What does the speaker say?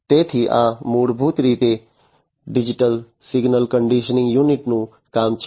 તેથી આ મૂળભૂત રીતે ડિજિટલ સિગ્નલ કન્ડીશનીંગ યુનિટનું કામ છે